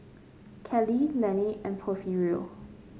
Kalie Lenny and Porfirio